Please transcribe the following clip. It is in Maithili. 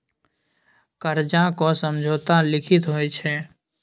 करजाक समझौता लिखित होइ छै